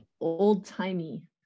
old-timey